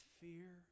fear